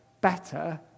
better